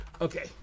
Okay